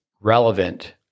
relevant